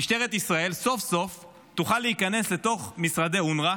משטרת ישראל סוף-סוף תוכל להיכנס לתוך משרדי אונר"א